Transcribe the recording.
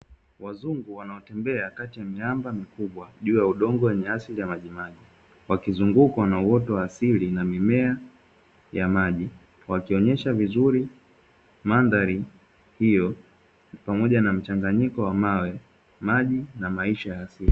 Wazungu wanatembea kati ya miamba mikubwa juu ya udongo wenye asili ya majimaji, wakizungukwa na uoto wa asili na mimea ya maji. Wakionyesha vizuri mandhari hiyo pamoja na mchanganyiko wa mawe, maji na maisha ya asili.